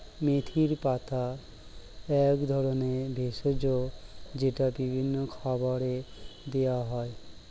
মেথির পাতা এক ধরনের ভেষজ যেটা বিভিন্ন খাবারে দেওয়া হয়